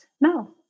No